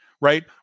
right